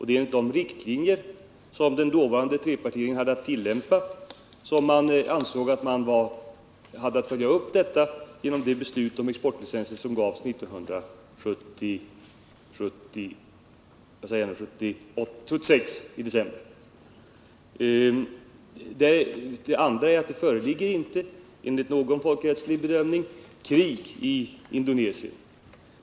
Det var enligt de riktlinjer som den dåvarande trepartiregeringen hade att tillämpa som den ansåg att den hade att följa upp detta genom det beslut om exportlicenser som fattades i december 1976. Det föreligger inte enligt någon folkrättslig bedömning krig i Indonesien.